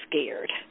scared